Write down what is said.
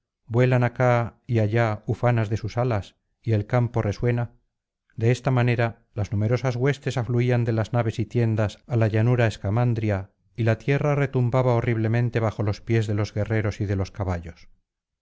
vuelan acá y allá ufanas de sus alas y el campo resuena de esta manera las numerosas huestes afluían de las naves y tiendas á la llanura escamandria y la tierra retumbaba horriblemente bajo los pies de los guerreros y de los caballos